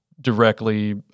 directly